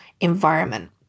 environment